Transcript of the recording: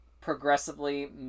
progressively